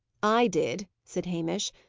i did, said hamish,